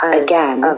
again